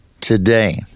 today